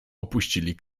opuścili